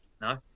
No